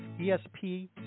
ESP